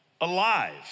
alive